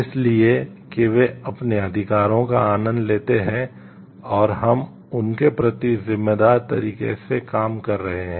इसलिए कि वे अपने अधिकारों का आनंद लेते हैं और हम उनके प्रति जिम्मेदार तरीके से काम कर रहे हैं